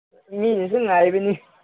ꯃꯤꯅꯁꯨ ꯉꯥꯏꯕꯅꯤ